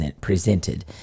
presented